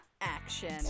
action